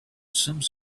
some